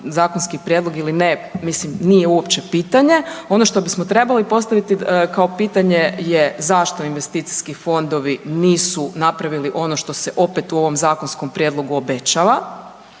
zakonski prijedlog ili ne, mislim nije uopće pitanje. Ono što bismo trebali postaviti kao pitanje je zašto investicijski fondovi nisu napravili ono što se opet u ovom zakonskom prijedlogu obećava,